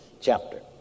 chapter